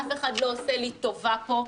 אף אחד לא עושה לי טובה פה.